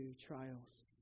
trials